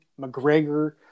McGregor